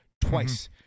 twice